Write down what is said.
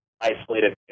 isolated